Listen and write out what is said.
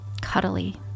cuddly